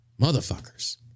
Motherfuckers